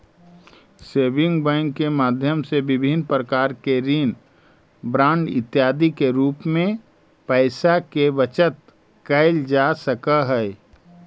saving bank के माध्यम से विभिन्न प्रकार के ऋण बांड इत्यादि के रूप में पैइसा के बचत कैल जा सकऽ हइ